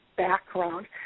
background